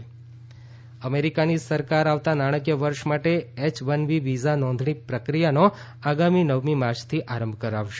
America visa અમેરિકાની સરકાર આવતા નાણાંકીય વર્ષ માટે એચ વન બી વિઝા નોંધણી પ્રક્રિયાનો આગામી નવમી માર્ચથી આરંભ કરશે